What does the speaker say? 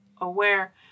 aware